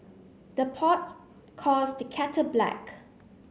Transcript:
the pot calls the kettle black